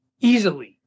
easily